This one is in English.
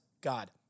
God